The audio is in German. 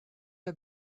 der